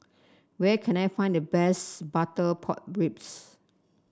where can I find the best Butter Pork Ribs